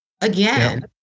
Again